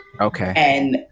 Okay